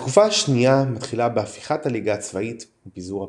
התקופה השנייה מתחילה בהפיכת הליגה הצבאית ופיזור הפרלמנט.